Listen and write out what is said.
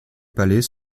palais